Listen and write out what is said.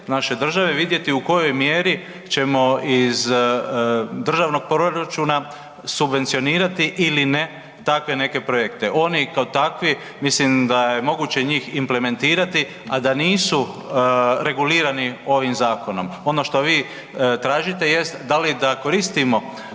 naše države vidjeti u kojoj mjeri ćemo iz državnog proračuna subvencionirati ili ne takve neke projekte. Oni kao takvi mislim da je moguće njih implementirati, a da nisu regulirani ovim zakonom. Ono što vi tražite jest da li da koristimo